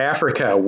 Africa